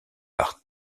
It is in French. par